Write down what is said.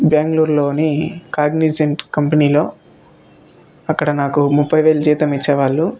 బెంగళూరులోని కాగ్నుజెంట్ కంపెనీలో అక్కడ నాకు ముప్పై వేలు జీతం ఇచ్చేవాళ్ళు